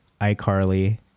iCarly